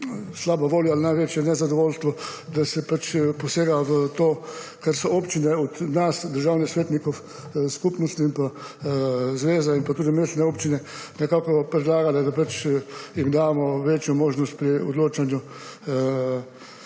slabe volje, največje nezadovoljstvo, da se posega v to, ker so od nas državnih svetnikov občine, skupnosti in pa zveze pa tudi mestne občine nekako predlagale, da jim damo večjo možnost pri odločanju